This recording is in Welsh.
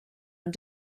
ond